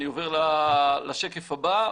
אני עובר לשקף הבא.